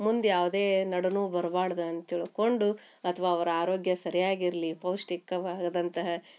ಮುಂದೆ ಯಾವುದೇ ನಡು ನೋವು ಬರ್ಬಾರ್ದ್ ಅಂತ ತಿಳ್ಕೊಂಡು ಅಥ್ವಾ ಅವರ ಆರೋಗ್ಯ ಸರಿಯಾಗಿರ್ಲಿ ಪೌಷ್ಟಿಕವಾದಂತಹ